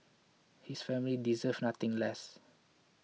his family deserves nothing less